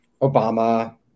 Obama